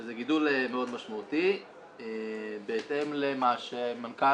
שזה גידול מאוד משמעותי בהתאם למה שמנכ"ל